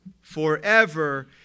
forever